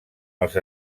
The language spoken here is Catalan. els